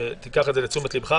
ותיקח את זה לתשומת ליבך,